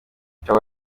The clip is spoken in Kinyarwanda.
ikaba